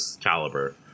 caliber